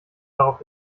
darauf